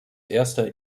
erster